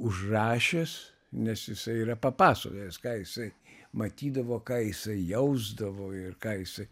užrašęs nes jisai yra papasakojęs ką jisai matydavo ką jisai jausdavo ir ką jisai